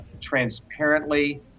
transparently